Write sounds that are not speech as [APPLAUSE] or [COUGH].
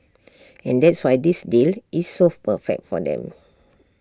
[NOISE] and that's why this deal is so perfect for them